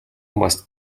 must